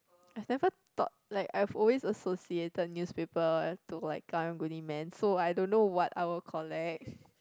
I've never thought like I've always associated newspapers to like Karang-Guni man so I don't know what I will collect